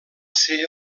ser